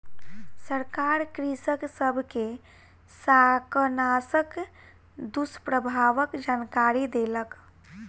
सरकार कृषक सब के शाकनाशक दुष्प्रभावक जानकरी देलक